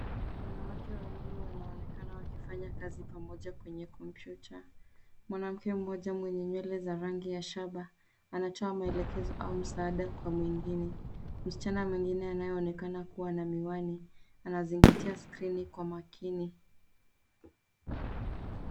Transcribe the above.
Wanawake wawili wanaonekana wakifanya kazi pamoja kwenye kompyuta. Mwanamke moja mwenye nywele za rangi ya shaba anatoa maelekezo au msaada kwa mwengine. Msichana mwingine anayeonekana kuwa na miwani, anazingatia skrini kwa makini.